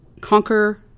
conquer